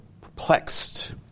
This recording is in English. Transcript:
perplexed